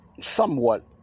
somewhat